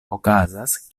okazas